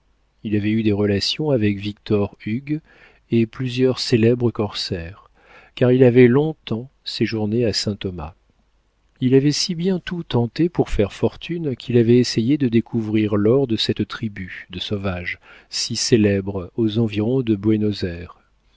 il avait eu des relations avec victor hughes et plusieurs célèbres corsaires car il avait longtemps séjourné à saint-thomas il avait si bien tout tenté pour faire fortune qu'il avait essayé de découvrir l'or de cette tribu de sauvages si célèbres aux environs de